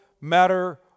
matter